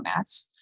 formats